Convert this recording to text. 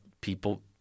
people